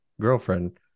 girlfriend